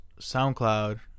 SoundCloud